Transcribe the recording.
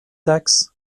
decks